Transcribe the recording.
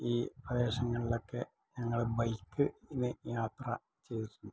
ഈ പ്രദേശങ്ങളിലൊക്കെ ഞങ്ങള് ബൈക്ക് ഇന് യാത്ര ചെയ്തിട്ടുണ്ട്